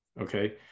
Okay